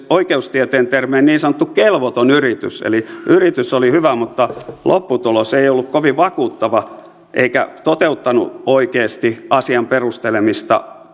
oikeustieteen termein niin sanottu kelvoton yritys eli yritys oli hyvä mutta lopputulos ei ei ollut kovin vakuuttava eikä toteuttanut oikeasti asian perustelemista